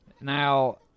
Now